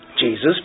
Jesus